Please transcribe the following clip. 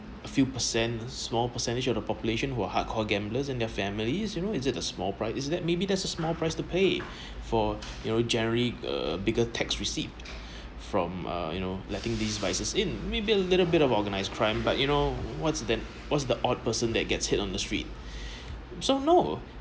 a few percent small percentage of the population who are hardcore gamblers and their families you know is it a small price is it that maybe that's a small price to pay for you know generally a bigger tax receipts from a you know letting these vices in maybe a little bit of organised crime but you know what's the what's the odd person that gets hit on the street so no